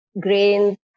grains